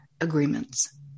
agreements